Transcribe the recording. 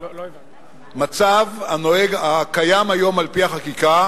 המצב הקיים היום על-פי החקיקה